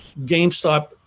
GameStop